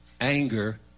anger